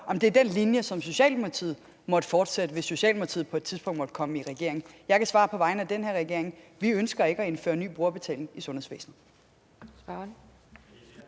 om det er den linje, som Socialdemokratiet vil fortsætte, hvis Socialdemokratiet på et tidspunkt måtte komme i regering. Jeg kan svare på vegne af den her regering: Vi ønsker ikke at indføre ny brugerbetaling i sundhedsvæsenet.